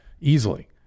Easily